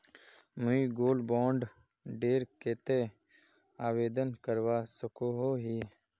मुई gold bond डेर केते आवेदन करवा सकोहो ही?